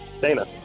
Dana